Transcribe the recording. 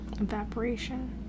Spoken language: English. Evaporation